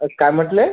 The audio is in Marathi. काय म्हटले